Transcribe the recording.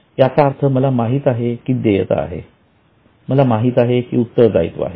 याचा अर्थ मला माहित आहे आहे की देयता आहे मला माहित आहे की उत्तरदायीत्व आहे